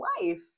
wife